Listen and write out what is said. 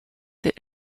that